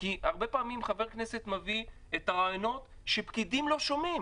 כי הרבה פעמים חבר כנסת מביא רעיונות שפקידים לא שומעים.